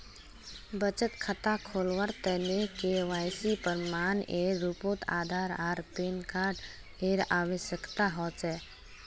बचत खता खोलावार तने के.वाइ.सी प्रमाण एर रूपोत आधार आर पैन कार्ड एर आवश्यकता होचे